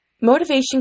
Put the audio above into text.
Motivation